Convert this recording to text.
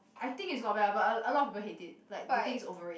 I think is not bad but a a lot of people hate it like they it's overrate~